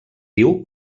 diu